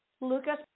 Lucas